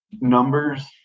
numbers